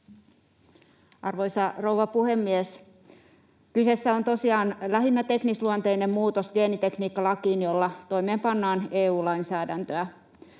Arvoisa rouva puhemies! Kyseessä on tosiaan lähinnä teknisluonteinen muutos geenitekniikkalakiin, jolla toimeenpannaan EU-lainsäädäntöä.